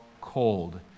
cold